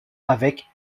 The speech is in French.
avec